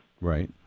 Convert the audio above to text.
Right